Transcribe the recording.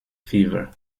fever